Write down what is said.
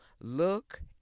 look